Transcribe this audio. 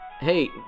hey